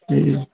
ए